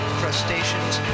crustaceans